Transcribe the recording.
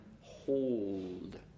hold